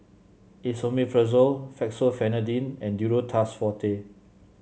Esomeprazole Fexofenadine and Duro Tuss Forte